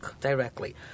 directly